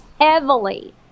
heavily